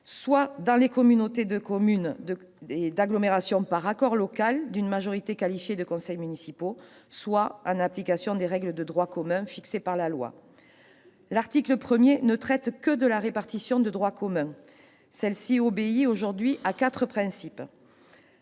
soit, dans les communautés de communes et d'agglomération, par accord local d'une majorité qualifiée de conseils municipaux, soit en application des règles de droit commun fixées par la loi. L'article 1 ne traite que de la répartition de droit commun. Celle-ci obéit aujourd'hui à quatre principes